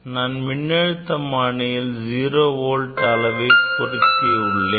நான் மின்னழுத்தமானியில் 0Vஐ பொருத்தி உள்ளேன்